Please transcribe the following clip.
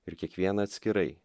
ir kiekvieną atskirai